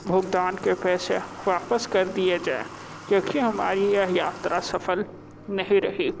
भुगतान के पैसे वापस कर दिए जाए क्योंकि हमारी यह यात्रा सफल नहीं रही